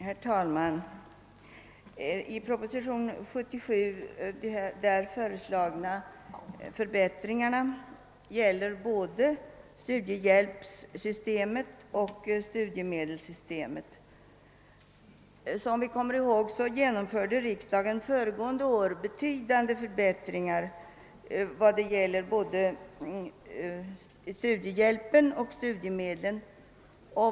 Herr talman! De i propositionen 77 föreslagna förbättringarna gäller både studiehjälpssystemet och studiemedelssystemet. Som vi kommer ihåg genomförde riksdagen föregående år betydande förbättringar i fråga om både studiehjälpen och studiemedlen.